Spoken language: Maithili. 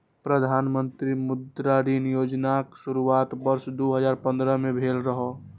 प्रधानमंत्री मुद्रा ऋण योजनाक शुरुआत वर्ष दू हजार पंद्रह में भेल रहै